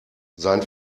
sein